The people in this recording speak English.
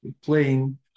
playing